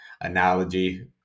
analogy